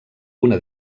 una